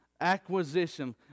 Acquisition